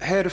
art.